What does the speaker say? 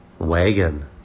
wagon